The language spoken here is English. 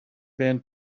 been